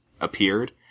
appeared